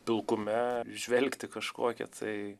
pilkume įžvelgti kažkokią tai